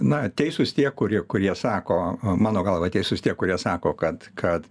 na teisūs tie kurie kurie sako mano galva teisūs tie kurie sako kad kad